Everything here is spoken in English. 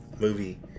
movie